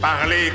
parler